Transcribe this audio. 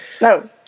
no